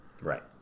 Right